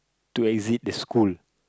to exit the school